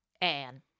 Anne